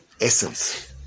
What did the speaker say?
essence